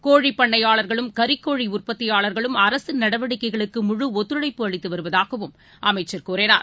கோழிப் பண்ணையாளர்களும் கறிக்கோழிடற்பத்தியாளர்களும் அரசின் நடவடிக்கைகளுக்கு முழு ஒத்துழைப்பு அளித்துவருவதாகவும் அமைச்சர் கூறினார்